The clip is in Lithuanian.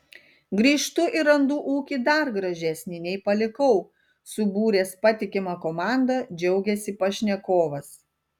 grįžtu ir randu ūkį dar gražesnį nei palikau subūręs patikimą komandą džiaugiasi pašnekovas